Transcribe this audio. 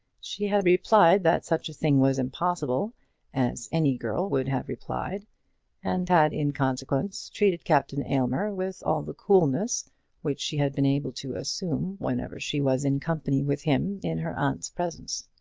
she had replied that such a thing was impossible as any girl would have replied and had in consequence treated captain aylmer with all the coolness which she had been able to assume whenever she was in company with him in her aunt's presence.